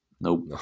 Nope